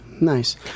Nice